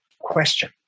question